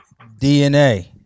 DNA